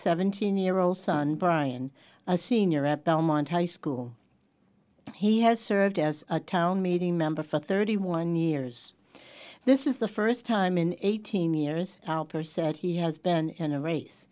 seventeen year old son brian a senior at belmont high school he has served as a town meeting member for thirty one years this is the first time in eighteen years percent he has been in a race